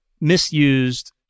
misused